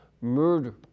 murder